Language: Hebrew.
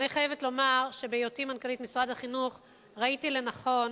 אני חייבת לומר שבהיותי מנכ"לית משרד החינוך ראיתי לנכון